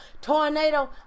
Tornado